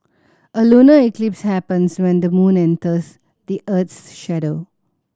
a lunar eclipse happens when the moon enters the earth's shadow